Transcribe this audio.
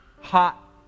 hot